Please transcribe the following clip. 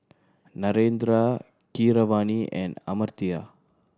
Narendra Keeravani and Amartya